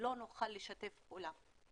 לא נוכל לשתף פעולה.